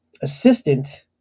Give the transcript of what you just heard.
assistant